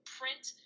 print